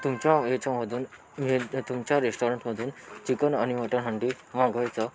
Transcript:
तुमच्या ह्याच्यामधून तुमच्या रेस्टॉरंटमधून चिकन आणि मटन हंडी मागवायचो